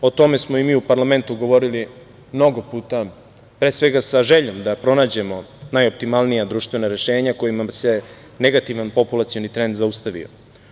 O tome smo i mi u parlamentu govorili mnogo puta, pre svega, sa željom da pronađemo najoptimalnija društvena rešenja kojima bi se negativan populacioni trend zaustavio.